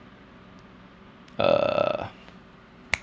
ugh